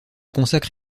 consacre